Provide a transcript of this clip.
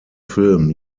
film